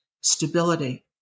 stability